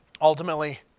Ultimately